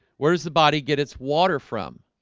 where does the body get its water from?